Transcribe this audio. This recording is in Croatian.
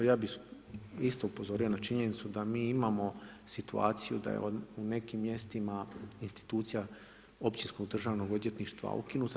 Ja bih isto upozorio na činjenicu da mi imamo situaciju da je u nekim mjestima institucija općinskog državnog odvjetništva ukinuta.